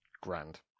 Grand